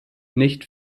nicht